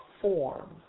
form